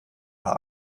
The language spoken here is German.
paar